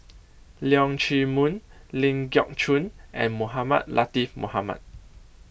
Leong Chee Mun Ling Geok Choon and Mohamed Latiff Mohamed